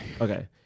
Okay